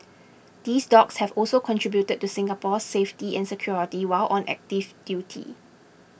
these dogs have also contributed to Singapore's safety and security while on active duty